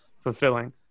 fulfilling